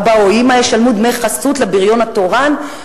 אבא או אמא ישלמו דמי חסות לבריון התורן,